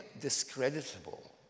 discreditable